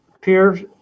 peer